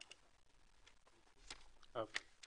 (מצגת).